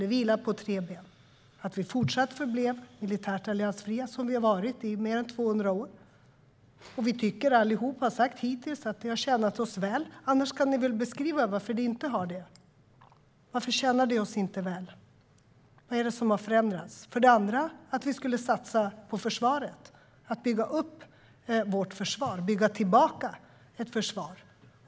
Det första benet var att vi fortsatt förblev militärt alliansfria, som vi har varit i mer än 200 år. Vi tycker allihop att det hittills har tjänat oss väl. I annat fall kan ni väl beskriva varför det inte har det. Varför tjänar det oss inte väl? Vad är det som har förändrats? Det andra benet var att vi skulle satsa på försvaret och återuppbygga det.